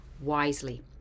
wisely